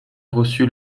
reçu